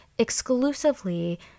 exclusively